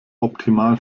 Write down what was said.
optimal